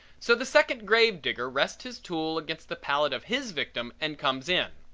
so the second grave digger rests his tools against the palate of his victim and comes in.